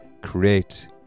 create